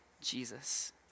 Jesus